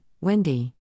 Wendy